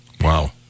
Wow